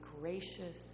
gracious